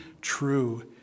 true